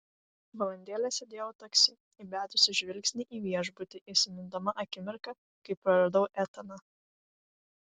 valandėlę sėdėjau taksi įbedusi žvilgsnį į viešbutį įsimindama akimirką kai praradau etaną